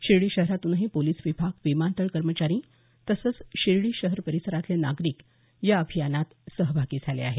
शिर्डी शहरातूनही पोलिस विभाग विमानतळ कर्मचारी तसंच शिर्डी शहर परिसरातले नागरिकही या अभियानात सहभागी झाले आहेत